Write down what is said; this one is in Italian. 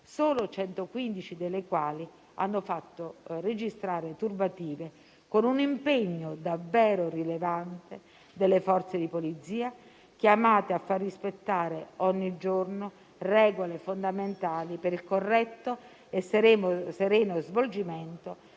solo 115 delle quali hanno fatto registrare turbative, con un impegno davvero rilevante delle Forze di polizia, chiamate a far rispettare ogni giorno regole fondamentali per il corretto e sereno svolgimento